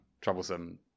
troublesome